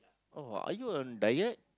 oh are you on diet